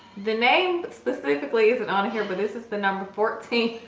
the name specifically isn't on here. but this is the number fourteen.